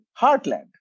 heartland